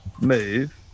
move